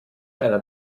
einer